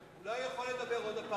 אולי הוא יכול לדבר שוב,